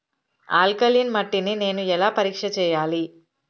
Alkaline మట్టి ని నేను ఎలా పరీక్ష చేయాలి?